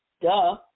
Duh